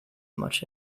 much